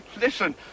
Listen